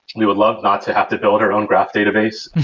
we would love not to have to build our own graph database,